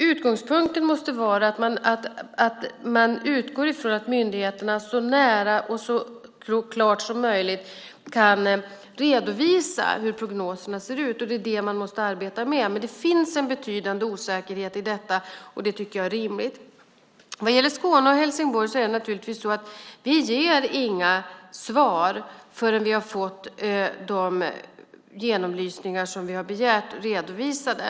Utgångspunkten måste vara att myndigheterna så nära och så klart som möjligt kan redovisa hur prognoserna ser ut. Det är det man måste arbeta med. Men det finns en betydande osäkerhet i detta, och det tycker jag är rimligt. Vad gäller Skåne och Helsingborg ger vi inga svar förrän vi har fått de genomlysningar vi har begärt redovisade.